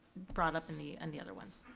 brought up in the and the other ones.